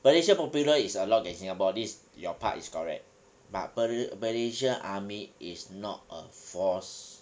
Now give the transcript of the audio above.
malaysia popular is allowed in singapore this is your part is correct but malaysia army is not a force